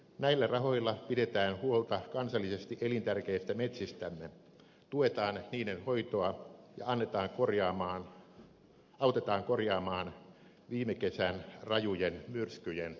näillä rahoilla pidetään huolta kansallisesti elintärkeistä metsistämme tuetaan niiden hoitoa ja autetaan korjaamaan viime kesän rajujen myrskyjen tuhoja